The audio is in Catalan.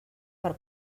per